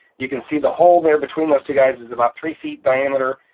you can see the hole there between those two guys is about three feet diameter,